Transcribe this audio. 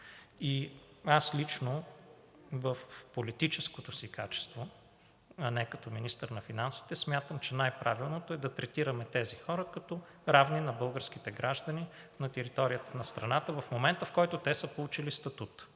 Аз лично в политическото си качество, а не като министър на финансите, смятам, че най-правилното е да третираме тези хора като равни на българските граждани на територията на страната в момента, в който те са получили статут.